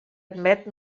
admet